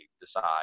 decide